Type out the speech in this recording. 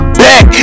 back